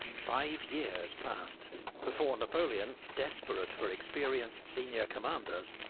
five years passed before napoleon, desperate for experienced senior commanders,